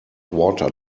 water